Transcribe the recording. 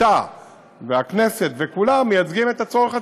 אתה והכנסת וכולם מייצגים את הצורך הציבורי.